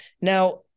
Now